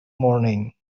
morning